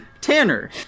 Tanner